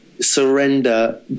surrender